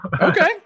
Okay